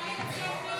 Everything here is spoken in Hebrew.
לא נתקבלה.